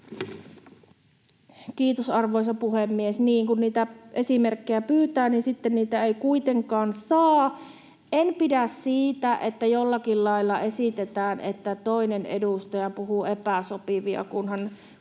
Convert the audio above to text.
Kiitos, arvoisa puhemies! Niin, kun niitä esimerkkejä pyytää, niin sitten niitä ei kuitenkaan saa. En pidä siitä, että jollakin lailla esitetään, että toinen edustaja puhuu epäsopivia, kun hän